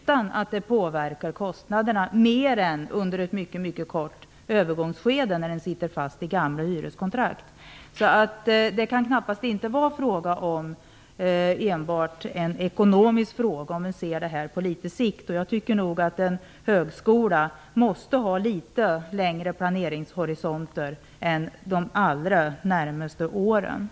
Kostnaderna påverkas bara under ett mycket kort övergångsskede, när man sitter fast i gamla hyreskontrakt. Det kan knappast vara enbart en ekonomisk fråga, om man ser detta på litet sikt. Jag tycker nog att en högskola måste titta litet längre fram när det gäller planeringen än på de allra närmaste åren. Tack!